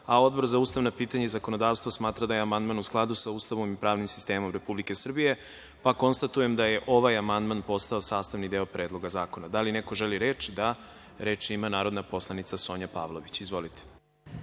amandman. Odbor za ustavna pitanja i zakonodavstvo smatra da je amandman u skladu sa Ustavom i pravnim sistemom Republike Srbije. Konstatujem da je ovaj amandman postao sastavni deo Predloga zakona. Da li neko želi reč? (Da)Reč ima narodna poslanika Sonja Pavlović. Izvolite.